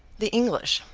the english,